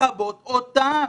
ולכבות אותם.